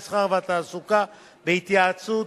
המסחר והתעסוקה בהתייעצות